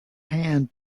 hand